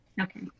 Okay